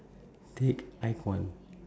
take icon